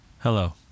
Hello